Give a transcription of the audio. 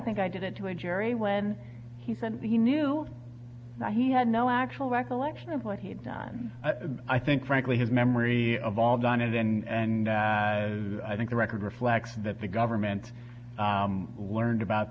think i did it to a jury when he said he knew that he had no actual recollection of what he had done i think frankly his memory of all done it and i think the record reflects that the government learned about